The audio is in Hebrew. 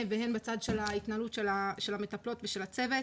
והן בצד של ההתנהלות של המטפלות ושל הצוות.